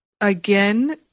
again